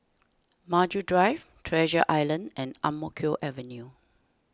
Maju Drive Treasure Island and Ang Mo Kio Avenue